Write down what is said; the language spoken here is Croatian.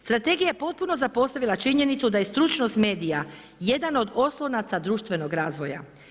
Strategija je potpuno zapostavila činjenicu da je stručnost medija jedna od oslonaca društvenog razvoja.